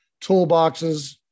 toolboxes